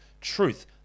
Truth